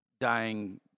dying